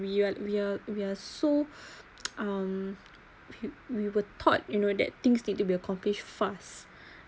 we are we are we are so um we were taught you know that things need to be accomplished fast